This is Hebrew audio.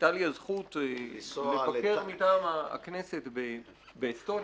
שהייתה לי הזכות לבקר מטעם הכנסת באסטוניה.